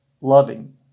loving